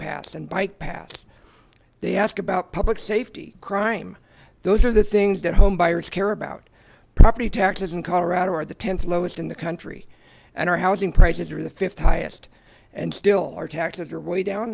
paths and bike paths they ask about public safety crime those are the things that homebuyers care about property taxes in colorado are the tenth lowest in the country and our housing prices are the th highest and still our taxes are way down